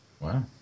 wow